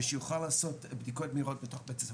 ושיוכל לעשות בדיקות מהירות בתוך בית הספר.